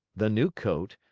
the new coat,